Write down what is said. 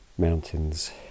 mountains